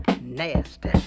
Nasty